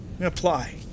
Apply